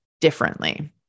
differently